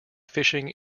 fishing